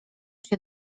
się